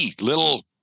little